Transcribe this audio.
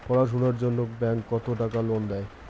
পড়াশুনার জন্যে ব্যাংক কত টাকা লোন দেয়?